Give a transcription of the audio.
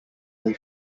they